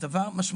זה דבר משמעותי.